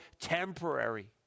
temporary